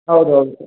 ಹೌದು ಹೌದು ಸರ್